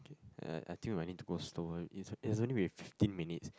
okay uh I think we'll need to go slower it's it's only been fifteen minutes